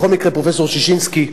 בכל מקרה, פרופסור ששינסקי,